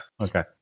Okay